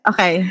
Okay